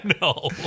no